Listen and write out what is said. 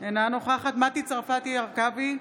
אינה נוכחת מטי צרפתי הרכבי,